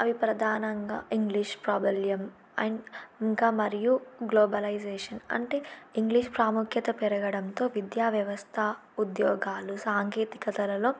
అవి ప్రధానంగా ఇంగ్లీష్ ప్రాబల్యం అండ్ ఇంకా మరియు గ్లోబలైజేషన్ అంటే ఇంగ్లీష్ ప్రాముఖ్యత పెరగడంతో విద్యా వ్యవస్థ ఉద్యోగాలు సాంకేతికతలలో